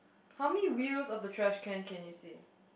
how many wheels of the trash can can you see